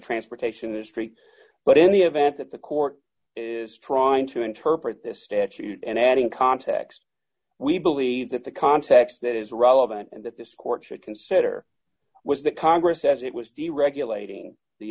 transportation industry but in the event that the court is trying to interpret this statute and adding context we believe that the context that is relevant and that this court should consider was the congress as it was deregulating the